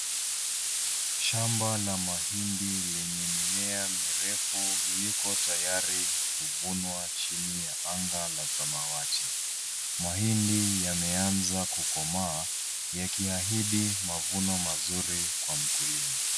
Shamba la mahindi lenye mimea mirefu liko tayari kuvunwa chini ya anga la samawati. Mahindi yameanza kukomaa yakiahidi mavuno mazuri kwa mkulima.